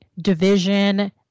Division